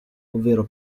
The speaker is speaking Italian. ovvero